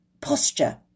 posture